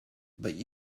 but